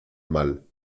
mal